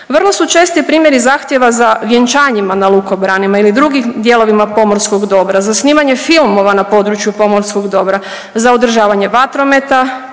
Vrlo su česti primjeri zahtjeva za vjenčanjima na lukobranima ili drugim dijelovima pomorskog dobra, za snimanje filmova na području pomorskog dobra, za održavanje vatrometa,